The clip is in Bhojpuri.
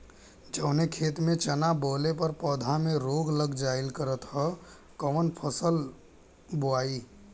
जवने खेत में चना बोअले पर पौधा में रोग लग जाईल करत ह त कवन फसल बोआई?